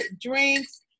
drinks